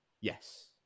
Yes